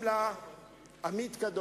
שהגעתי